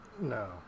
No